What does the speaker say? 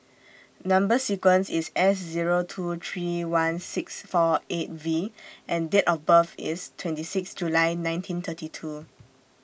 Number sequence IS S Zero two three one six four eight V and Date of birth IS twenty six July nineteen thirty two